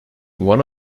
one